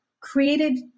created